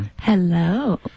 Hello